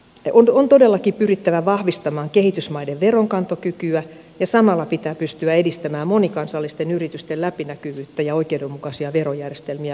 on todellakin pyrittävä vahvistamaan kehitysmaiden veronkantokykyä ja samalla pitää pystyä edistämään monikansallisten yritysten läpinäkyvyyttä ja oikeudenmukaisia verojärjestelmiä globaalitasolla